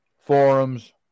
forums